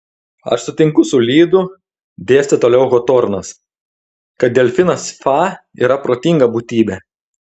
aš sutinku su lydu dėstė toliau hotornas kad delfinas fa yra protinga būtybė